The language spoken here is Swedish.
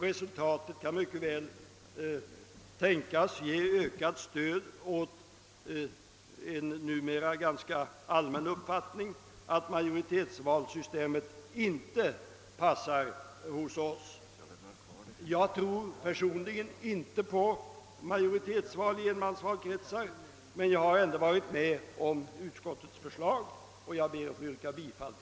Resultatet kan mycket väl tänkas ge ökat stöd åt en numera ganska allmän uppfattning, nämligen att majoritetsvalsystemet inte passar hos oss. Personligen tror jag inte på majoritetsval i enmansvalkretsar, men jag har ändå medverkat i utskottets förslag, till vilket jag ber att få yrka bifall.